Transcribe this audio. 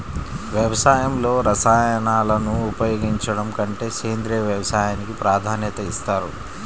వ్యవసాయంలో రసాయనాలను ఉపయోగించడం కంటే సేంద్రియ వ్యవసాయానికి ప్రాధాన్యత ఇస్తారు